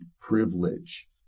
privilege